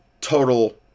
total